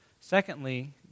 Secondly